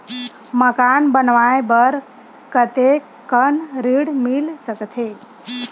मकान बनाये बर कतेकन ऋण मिल सकथे?